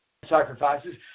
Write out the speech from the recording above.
sacrifices